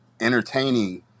entertaining